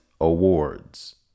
Awards